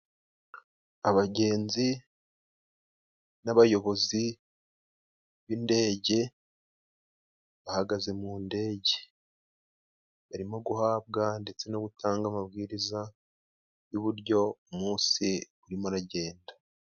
Abagenzi n'abayobozi b'indege bahagaze mu ndege. Barimo guhabwa ndetse no gutanga amabwiriza, y'uburyo umunsi urimo aragenda.